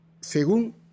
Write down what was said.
según